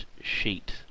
sheet